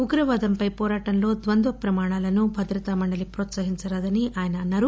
ఉగ్రవాదంపై వోరాటంలో ద్వంద్వ ప్రమాణాలను భద్రతా మండలి ప్రోత్సహించరాదని ఆయన అన్నారు